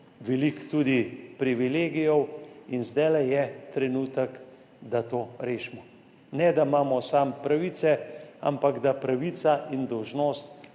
veliko tudi privilegijev, in zdaj je trenutek, da to rešimo. Ne, da imamo samo pravice, ampak da pravica in dolžnost